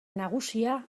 nagusia